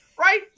right